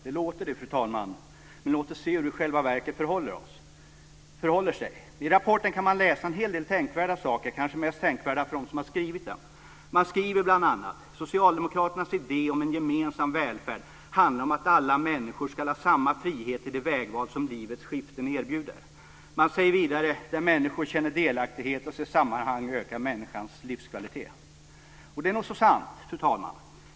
Det låter det, fru talman, men låt oss se hur det i själva verket förhåller sig. I rapporten kan man läsa en hel del tänkvärda saker - kanske mest tänkvärda för dem som har skrivit den. Man skriver bl.a.: "Socialdemokraternas idé om en gemensam välfärd handlar om att alla människor skall ha samma frihet i de vägval som livets skiften erbjuder." Man säger vidare: "Där människor känner delaktighet och ser sammanhang ökar människors livskvalitet." Det är nog så sant, fru talman!